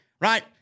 right